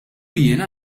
jiena